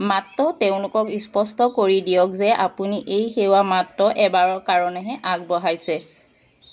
মাত্ৰ তেওঁলোকক স্পষ্ট কৰি দিয়ক যে আপুনি এই সেৱা মাত্ৰ এবাৰৰ কাৰণেহে আগ বঢ়াইছে